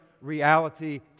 reality